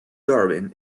darwin